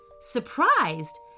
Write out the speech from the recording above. Surprised